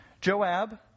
Joab